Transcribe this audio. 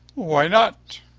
why not?